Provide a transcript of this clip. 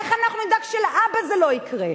איך אנחנו נדאג שלהבא זה לא יקרה?